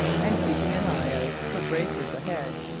and keeping an eye out for breakers ahead,